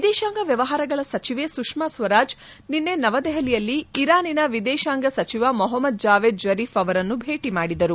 ವಿದೇತಾಂಗ ವ್ಯವಹಾರಗಳ ಸಚಿವೆ ಸುಷ್ನಾ ಸ್ವರಾಜ್ ನಿನ್ನೆ ನವದೆಹಲಿಯಲ್ಲಿ ಇರಾನಿನ ವಿದೇತಾಂಗ ಸಚಿವ ಮೊಹಮ್ನದ್ ಜಾವೇದ್ ಜರಿಫ್ ಅವರನ್ನು ಭೇಟಿ ಮಾಡಿದರು